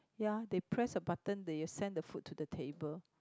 ya they press the button they send the food to the table